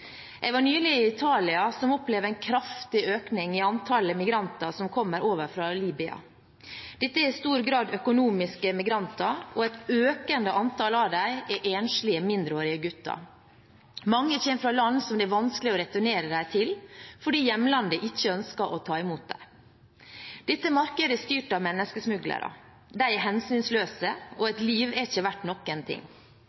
Jeg var nylig i Italia, som opplever en kraftig økning i antallet migranter som kommer over fra Libya. Dette er i stor grad økonomiske migranter, og et økende antall av dem er enslige mindreårige gutter. Mange kommer fra land som det er vanskelig å returnere dem til fordi hjemlandet ikke ønsker å ta imot dem. Dette markedet er styrt av menneskesmuglere. De er hensynsløse, og